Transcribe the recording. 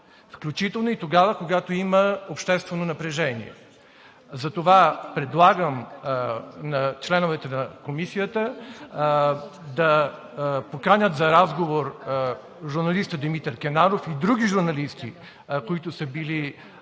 включително и тогава, когато има обществено напрежение. Затова предлагам на членовете на Комисията да поканят за разговор журналиста Димитър Кенаров и други журналисти, които са били бити